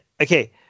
okay